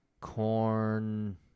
Corn